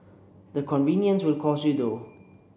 the convenience will cost you though